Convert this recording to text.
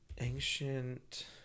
Ancient